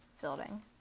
building